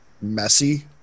messy